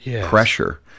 pressure